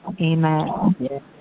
Amen